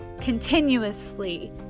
continuously